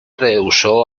rehusó